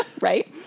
right